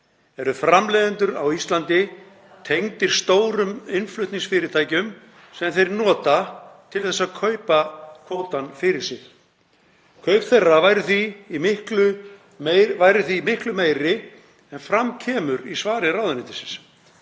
eru framleiðendur á Íslandi tengdir stórum innflutningsfyrirtækjum sem þeir nota til að kaupa kvótann fyrir sig. Kaup þeirra væru því miklu meiri en fram kemur í svari ráðuneytisins.